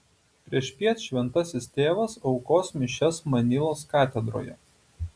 priešpiet šventasis tėvas aukos mišias manilos katedroje